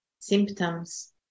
symptoms